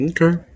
Okay